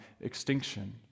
extinction